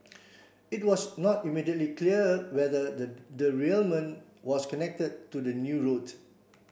it was not immediately clear whether the derailment was connected to the new route